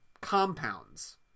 compounds